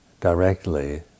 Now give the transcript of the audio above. directly